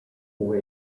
for